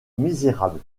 misérable